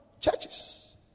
Churches